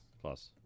Plus